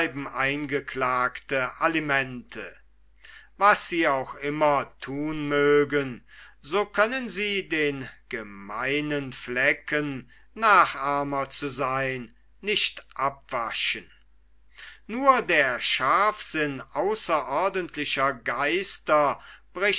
eingeklagte alimente was sie auch immer thun mögen so können sie den gemeinen flecken nachahmer zu seyn nicht abwaschen nur der scharfsinn außerordentlicher geister